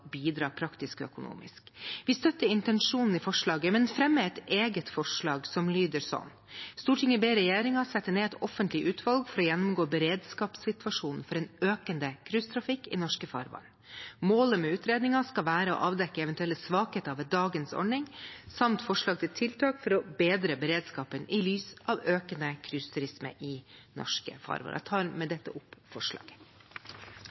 bidra praktisk og økonomisk. Vi støtter intensjonen i forslaget, men fremmer sammen med Senterpartiet et eget forslag, som lyder: «Stortinget ber regjeringen sette ned et offentlig utvalg for å gjennomgå beredskapssituasjonen for en økende cruisetrafikk i norske farvann. Målet med utredningen skal være å avdekke eventuelle svakheter ved dagens ordning samt forslag til tiltak for å bedre beredskapen i lys av den økende cruiseturismen som kan komme i norske farvann.» Jeg tar med